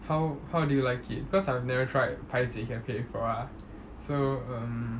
how how do you like it because I've never tried paiseh cafe before ah so um